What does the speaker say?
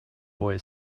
boy